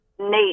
Nate